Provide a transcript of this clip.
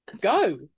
Go